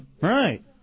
Right